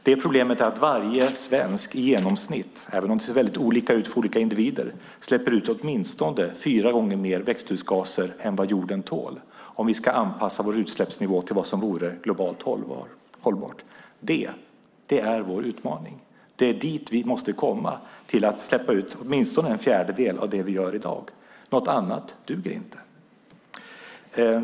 Det problemet är att varje svensk i genomsnitt - det ser lite olika ut för olika individer - släpper ut åtminstone fyra gånger mer växthusgaser än vad jorden tål, om vi ska anpassa vår utsläppsnivå till vad som vore globalt hållbart. Det är en utmaning. Vi måste komma dithän att vi minskar våra utsläpp till en fjärdedel av dagens. Något annat duger inte.